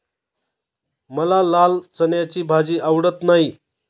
मला लाल चण्याची भाजी आवडत नाही